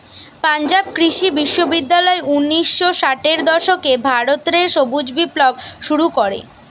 পাঞ্জাব কৃষি বিশ্ববিদ্যালয় উনিশ শ ষাটের দশকে ভারত রে সবুজ বিপ্লব শুরু করে